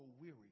weary